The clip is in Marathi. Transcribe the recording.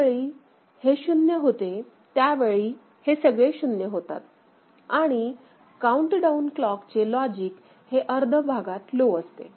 ज्या वेळी हे 0 होते त्या वेळी हे सगळे शून्य होतात आणि काऊंटडाऊन क्लॉकचे लॉजिक हे अर्ध भागात लो असते